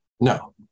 No